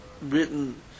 written